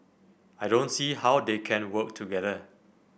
I don't see how they can work together